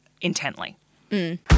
intently